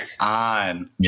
on